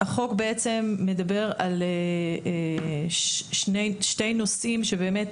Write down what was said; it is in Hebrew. החוק בעצם מדבר על שני נושאים שבאמת